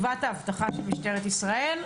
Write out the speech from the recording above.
האבטחה של משטרת ישראל.